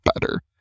better